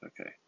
Okay